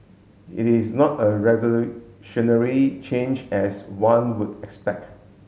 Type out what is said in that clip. it is not a revolutionary change as one would expect